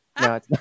No